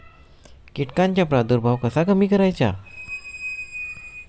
कीटकांचा प्रादुर्भाव कसा कमी करायचा?